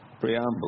preamble